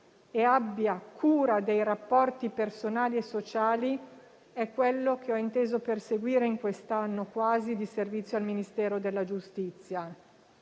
e abbia cura dei rapporti personali e sociali è quanto ho inteso perseguire in quest'anno quasi di servizio al Ministero della giustizia.